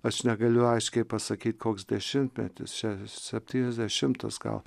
aš negaliu aiškiai pasakyt koks dešimtmetis čia septyniasdešimas gal